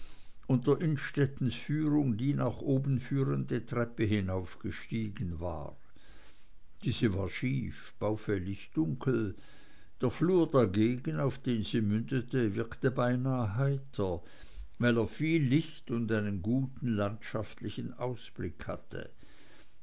unter innstettens führung die nach oben führende treppe hinaufgestiegen war diese war schief baufällig dunkel der flur dagegen auf den sie mündete wirkte beinah heiter weil er viel licht und einen guten landschaftlichen ausblick hatte